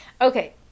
Okay